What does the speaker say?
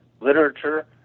literature